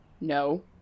No